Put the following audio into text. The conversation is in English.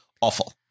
awful